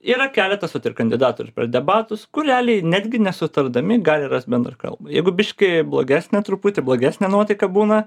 yra keletas vat ir kandidatų ir per debatus kur realiai netgi nesutardami gal rast bendrą kalbą jeigu biškį blogesnė truputį blogesnė nuotaika būna